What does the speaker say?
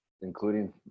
including